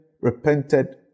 repented